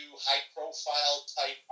high-profile-type